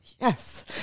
yes